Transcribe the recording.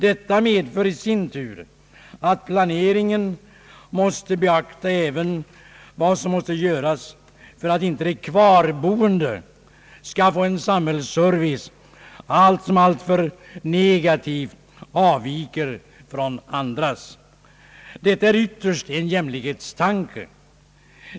Detta medför i sin tur att man vid planeringen måste beakta även vad som måste göras för att inte de kvarboende skall få en samhällsservice som alltför negativt avviker från andras. Detta är ytterst en jämlikhetstanke.